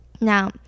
Now